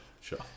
Sure